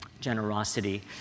Generosity